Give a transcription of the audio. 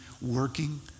working